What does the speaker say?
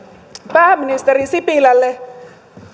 pääministeri sipilälle